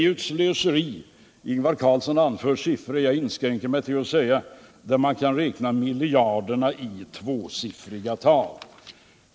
Det är ju ett slöseri. Ingvar Carlsson har anfört siffror — jag inskränker mig till att säga att man kan räkna förlustmiljarderna i tvåsiffriga tal.